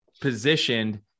positioned